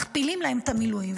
מכפילים להם את המילואים,